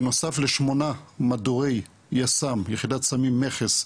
בנוסף לשמונה מדורי יס"מ, יחידת סמים מכס,